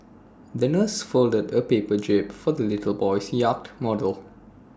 the nurse folded A paper jib for the little boy's yacht model